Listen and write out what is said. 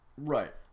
Right